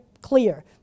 clear